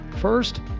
First